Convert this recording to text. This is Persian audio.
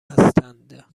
هستند